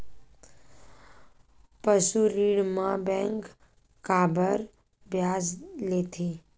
पशु ऋण म बैंक काबर ब्याज लेथे?